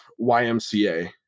YMCA